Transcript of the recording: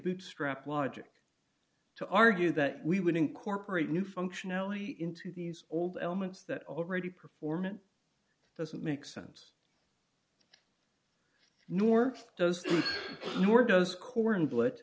bootstrap logic to argue that we would incorporate new functionality into these old elements that already performant doesn't make sense nor those nor does kornbl